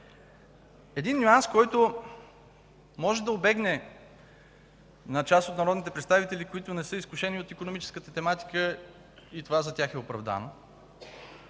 Един нюанс, който може да убегне на част от народните представители, които не са изкушени от икономическата тематика, и това за тях е оправдано,